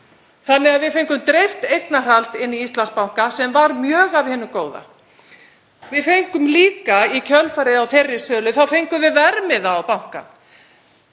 Þannig að við fengum dreift eignarhald inn í Íslandsbanka sem var mjög af hinu góða. Í kjölfarið á þeirri sölu þá fengum við líka verðmiða á bankann.